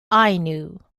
ainu